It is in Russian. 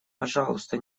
пожалуйста